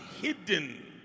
hidden